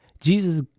Jesus